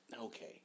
Okay